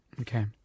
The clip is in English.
Okay